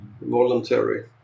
voluntary